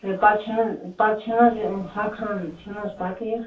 ہے پتہٕ چھِنَہ حظ پتہٕ چھِنَہ حظ یہِ ہۄکھان چھِنَہ حظ پتہٕ یہِ